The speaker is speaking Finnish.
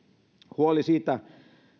huoli siitä